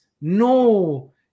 no